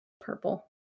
Purple